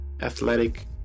athletic